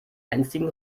einstigen